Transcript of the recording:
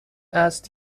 است